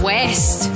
West